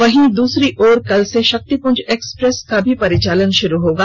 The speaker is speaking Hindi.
वहीं दूसरी ओर कल से शक्तिपुंज एक्सप्रेस का भी परिचालन शुरू होगा